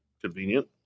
Convenient